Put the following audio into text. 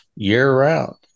year-round